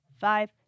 five